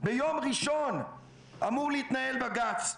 ביום ראשון אמור להתנהל בג"ץ.